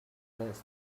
through